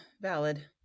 valid